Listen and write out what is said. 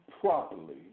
properly